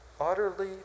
utterly